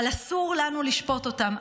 אסור לנו לשפוט אותם.